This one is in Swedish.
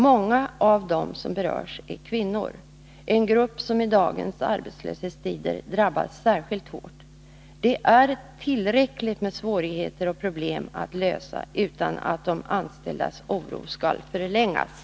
Många av dem som berörs är kvinnor, en grupp som i dagens arbetslöshetstider drabbas särskilt hårt. Det finns tillräckligt med svårigheter och problem att lösa utan att de anställdas oro skall förlängas.